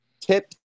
tip